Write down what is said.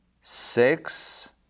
six